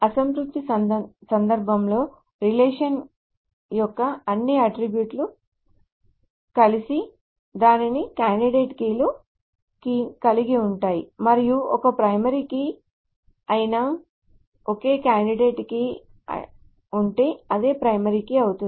అసంతృప్తి సందర్భం లో రిలేషన్ యొక్క అన్ని అట్ట్రిబ్యూట్ లు కలిసి దాని కాండిడేట్ కీని కలిగి ఉంటాయి మరియు ఒక ప్రైమరీ కీ అయిన ఒకే ఒక కాండిడేట్ కీ ఉంటే అదే ప్రైమరీ కీ అవుతుంది